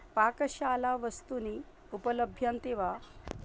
पाकशालावस्तूनि उपलभ्यन्ते वा